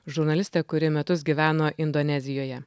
žurnalistė kuri metus gyveno indonezijoje